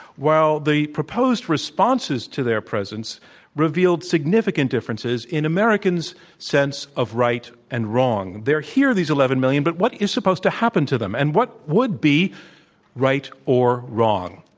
well, the proposed responses to their presence revealed significant differences and americans sense of right and wrong. they're here, these eleven million, but what is supposed to happen to them and what would be right or wrong.